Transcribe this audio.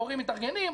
ההורים מתארגנים,